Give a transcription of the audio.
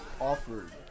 offered